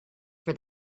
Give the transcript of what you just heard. for